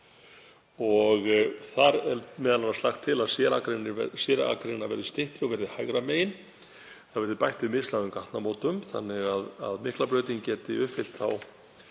Þar er m.a. lagt til að sérakreinar verði styttri og verði hægra megin. Það verði bætt við mislægum gatnamótum þannig að Miklabrautin geti uppfyllt þá